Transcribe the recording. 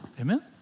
Amen